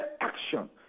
action